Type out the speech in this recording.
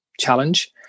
Challenge